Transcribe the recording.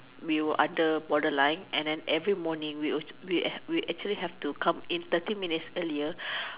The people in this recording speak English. we were under borderline and then every morning we will we we actually have to come in thirty minutes earlier